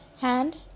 hand